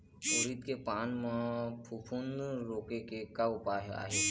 उरीद के पान म फफूंद रोके के का उपाय आहे?